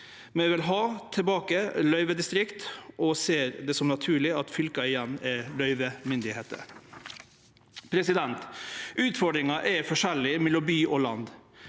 Vi vil ha tilbake løyvedistrikt og ser det som naturleg at fylka igjen er løyvemyndigheiter. Utfordringane er forskjellige mellom by og land.